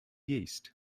east